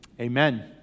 Amen